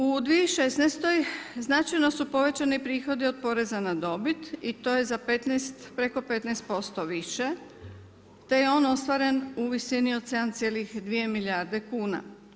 U 2016. značajno su povećani prihodi od poreza na dobit i to je preko 15% više, te je on ostvaren u visini od 7,2 milijarde kuna.